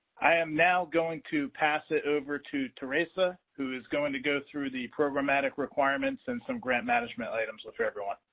i am now going to pass it over to tarasa who is going to go through the programmatic requirements and some grant management items with everyone.